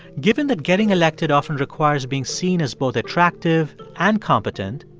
given that getting elected often requires being seen as both attractive and competent,